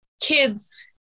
kids